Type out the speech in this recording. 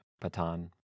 Patan